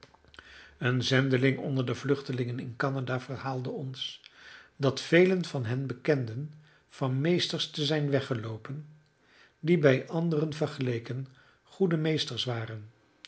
een zendeling onder de vluchtelingen in canada verhaalde ons dat velen van hen bekenden van meesters te zijn weggeloopen die bij anderen vergeleken goede meesters waren